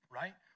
right